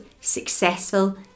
successful